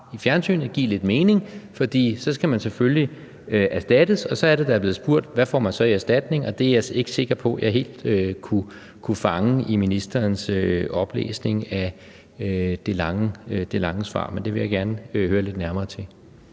i fjernsynet give lidt mening, for så skal man selvfølgelig erstattes. Så er det, der er blevet spurgt: Hvad får man så i erstatning? Og det er jeg ikke sikker på at jeg helt kunne fange i ministerens oplæsning af det lange svar, men det vil jeg gerne høre lidt nærmere til.